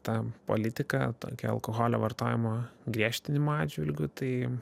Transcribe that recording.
ta politika tokia alkoholio vartojimo griežtinimo atžvilgiu tai